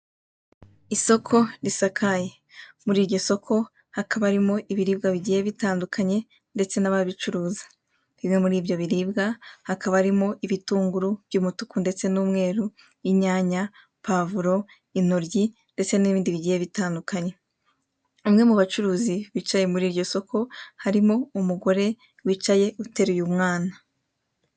Isoko risakaye, muri iryosoko hakaba harimo ibiribwa bigiye bitandukanye ndetse n'ababicuruza, bimwe muri ibyo biribwa hakaba harimo ibitunguru by'umutuku ndetse n'umweru, inyanya, pavuro, intoryi ndetse n'ibindi bigiye bitandukanye, umwe mu bacuruzi bicaye muri iryo soko harimo umugore wicaye uteruye umwana.